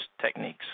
techniques